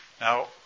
Now